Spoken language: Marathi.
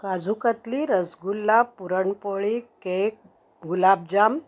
काजूकतली रसगुल्ला पुरणपोळी केक गुलाबजाम